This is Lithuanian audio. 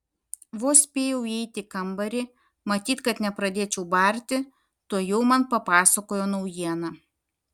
vos spėjau įeiti į kambarį matyt kad nepradėčiau barti tuojau man papasakojo naujieną